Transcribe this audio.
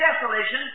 desolation